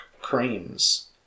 creams